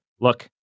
look